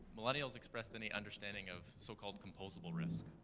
millennials expressed any understanding of so called composable risk?